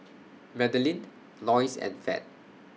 Madelene Loyce and Fed